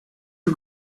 you